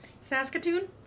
saskatoon